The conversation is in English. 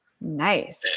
Nice